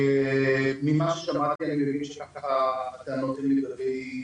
ממה ששמעתי אני מבין ככה שהטענות היו לגבי